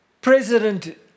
President